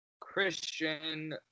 Christian